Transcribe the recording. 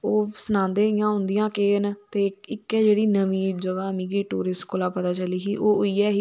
ओह् सनांदे इयां उंदियां केह् न ते इक्कै जेह्ड़ी नमीं जगाह् मिकी टूरिस्ट कोला पता चली ही ओह् इयै ही